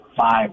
five